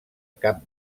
cap